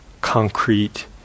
concrete